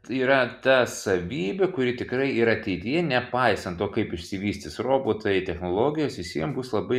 yra ta savybė kuri tikrai ir ateityje nepaisant to kaip išsivystys robotai technologijos visiem bus labai